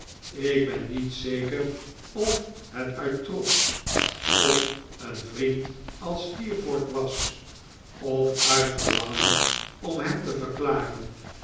ik ben niet zeker of het uit trots op een vriend als steerforth was of uit het verlangen om hem te verklaren